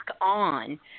on